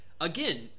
again